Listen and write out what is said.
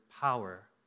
power